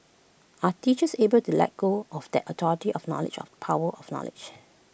are teachers able to let go of that authority of knowledge of power of knowledge